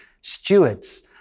stewards